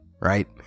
right